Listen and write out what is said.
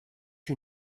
you